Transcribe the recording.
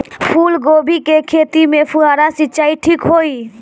फूल गोभी के खेती में फुहारा सिंचाई ठीक होई?